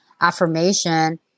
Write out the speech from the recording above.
affirmation